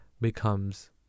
becomes